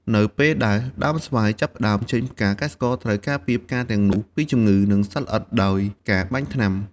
នៅពេលដែលដើមស្វាយចាប់ផ្ដើមចេញផ្កា កសិករត្រូវការពារផ្កាទាំងនោះពីជំងឺ និងសត្វល្អិតដោយការបាញ់ថ្នាំ។